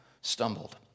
stumbled